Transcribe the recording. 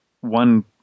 One